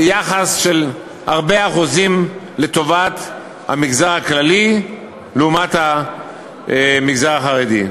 ביחס של הרבה אחוזים לטובת המגזר הכללי לעומת המגזר החרדי.